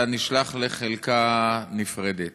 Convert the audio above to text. אתה נשלח לחלקה נפרדת.